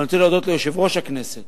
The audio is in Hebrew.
אני רוצה להודות ליושב-ראש הכנסת